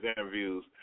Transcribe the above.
interviews